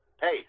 Hey